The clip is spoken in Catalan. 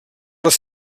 les